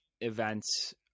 events